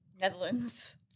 Netherlands